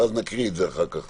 ואז נקריא את זה אחר כך.